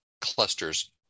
clusters